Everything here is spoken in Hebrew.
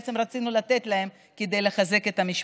שבעצם רצינו לתת לו כדי לחזק את המשפחה,